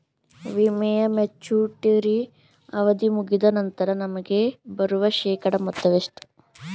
ವಿಮೆಯ ಮೆಚುರಿಟಿ ಅವಧಿ ಮುಗಿದ ನಂತರ ನಮಗೆ ಬರುವ ಶೇಕಡಾ ಮೊತ್ತ ಎಷ್ಟು?